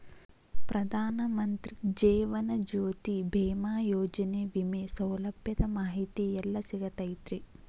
ಪ್ರಧಾನ ಮಂತ್ರಿ ಜೇವನ ಜ್ಯೋತಿ ಭೇಮಾಯೋಜನೆ ವಿಮೆ ಸೌಲಭ್ಯದ ಮಾಹಿತಿ ಎಲ್ಲಿ ಸಿಗತೈತ್ರಿ?